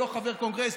הוא לא חבר קונגרס.